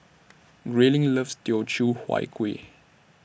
Grayling loves Teochew Huat Kuih